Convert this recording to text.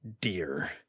dear